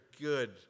good